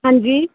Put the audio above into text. ਹਾਂਜੀ